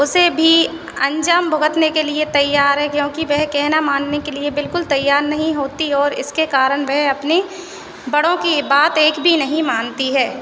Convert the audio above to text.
उसे भी अन्जाम भुगतने के लिए तैयार है क्योंकि वह कहना मानने के लिए बिलकुल तैयार नहीं होती और इसके कारण वह अपनी बड़ों की बात एक भी नहीं मानती है